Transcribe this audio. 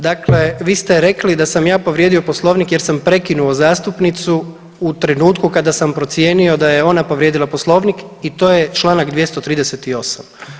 Dakle, vi ste rekli da sam ja povrijedio Poslovnik jer sam prekinuo zastupnicu u trenutku kada sam procijenio da je ona povrijedila Poslovnik i to je čl. 238.